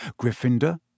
Gryffindor